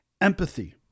Empathy